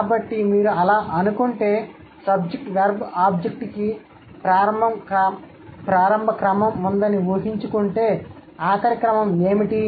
కాబట్టి మీరు అలా అనుకుంటే SVOకి ప్రారంభ క్రమం ఉందని ఊహించుకుంటే ఆఖరి క్రమం ఏమిటి